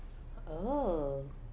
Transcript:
oh